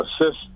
Assist